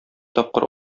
тапкыр